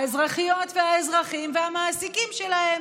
האזרחיות והאזרחים והמעסיקים שלהם.